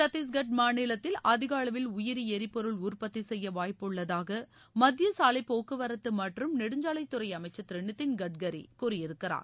சத்தீஷ்கட் மாநிலத்தில் அதிக அளவில் உயிரி ளரிபொருள் உற்பத்தி செய்ய வாய்ப்புள்ளதாக மத்திய சாலைப் போக்குவரத்து மற்றும் நெடுஞ்சாலைத் துறை அமைச்சர் திரு நிதின் கட்கரி கூறியிருக்கிறார்